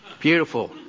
beautiful